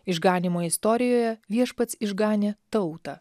išganymo istorijoje viešpats išganė tautą